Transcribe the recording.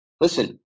Listen